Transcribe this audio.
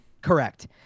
Correct